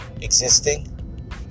existing